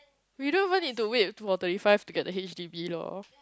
we don't even need to wait until we're thirty five to get the H_D_B lor